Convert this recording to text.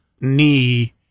knee